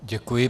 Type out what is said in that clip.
Děkuji.